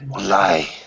lie